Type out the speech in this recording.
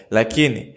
Lakini